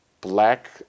black